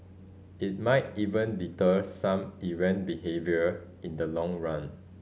it might even deter some errant behaviour in the long run